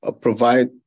provide